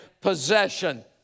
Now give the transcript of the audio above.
possession